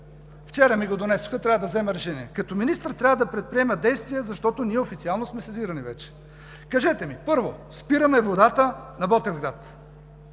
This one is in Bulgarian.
(показва документи), трябва да взема решение, трябва да предприема действия, защото ние официално сме сезирани вече. Кажете ми, първо: спираме водата на Ботевград.